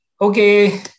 Okay